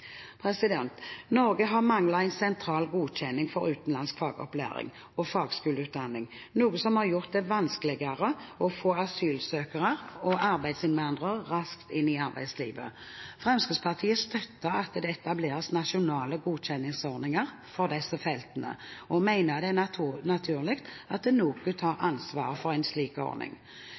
denne. Norge har manglet en sentral godkjenning for utenlandsk fagopplæring og fagskoleutdanning, noe som har gjort det vanskeligere å få asylsøkere og arbeidsinnvandrere raskt inn i arbeidslivet. Fremskrittspartiet støtter at det etableres nasjonale godkjenningsordninger for disse feltene, og mener det er naturlig at NOKUT har ansvaret for en slik ordning.